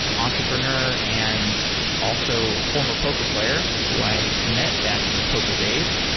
entrepreneur and also former poker player who i met back in the poker days.